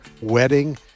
wedding